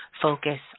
focus